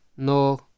No